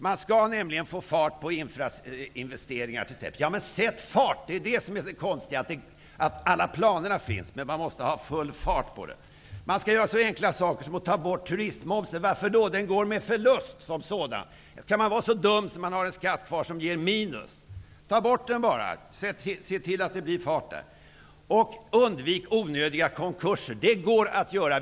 Man skall få fart på t.ex. infrastrukturinvesteringar. Sätt fart! Alla planer finns, men det måste vara full fart. Vad är det politikerna skall göra? Man skall göra så enkla saker som att ta bort turistmomsen eftersom den går med förlust. Kan man vara så dum att man har kvar en skatt som ger minus. Ta bort den bara! Se till att det blir fart! Undvik onödiga konkurser! Det går att göra.